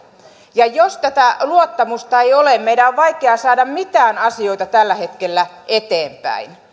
jos tätä luottamusta ei ole meidän on vaikea saada mitään asioita tällä hetkellä eteenpäin